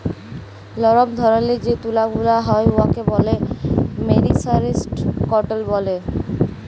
লরম ধরলের যে তুলা গুলা হ্যয় উয়াকে ব্যলে মেরিসারেস্জড কটল ব্যলে